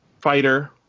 fighter